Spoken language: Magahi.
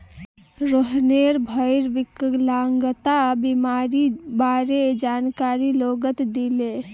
रोहनेर भईर विकलांगता बीमारीर बारे जानकारी लोगक दीले